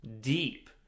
deep